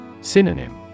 Synonym